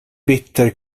bitter